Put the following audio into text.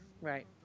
right